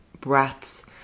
breaths